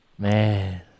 Man